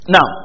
Now